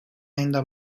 ayında